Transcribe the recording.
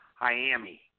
Miami